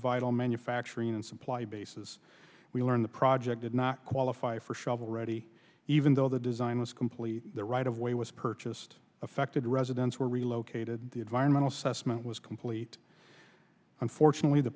vital manufacturing and supply bases we learned the project did not qualify for shovel ready even though the design was complete the right of way was purchased affected residents were relocated the environmental cess meant was complete unfortunately the